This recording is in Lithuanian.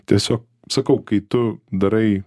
tiesiog sakau kai tu darai